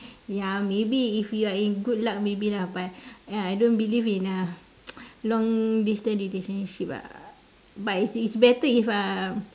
ya maybe if you are in good luck maybe lah but I don't believe in a long distance relationship ah but it's it's better if uh